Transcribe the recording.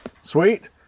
Sweet